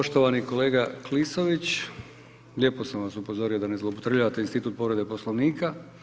Poštovani kolega Klisović, lijepo sam vas upozorio da ne zloupotrebljavate institut povrede Poslovnika.